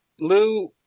Lou